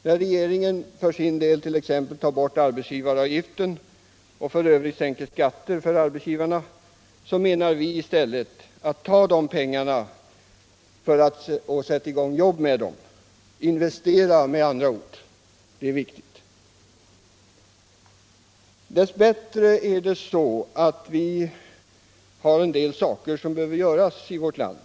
När regeringen exempelvis tar bort arbetsgivaravgiften och sänker skatterna för arbetsgivarna, så menar vi att man i stället skall ta de pengarna och sätta i gång nya jobb. Det är mycket viktigt att investera. Och dess bättre har vi en del arbeten som måste göras i vårt land.